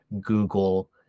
Google